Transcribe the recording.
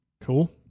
Cool